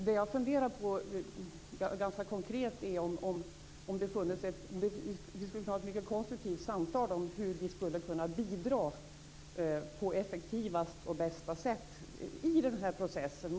Vad jag funderar på ganska konkret är om vi skulle kunna föra ett konstruktivt samtal om hur vi skulle kunna bidra på effektivast och bästa sätt i den här processen.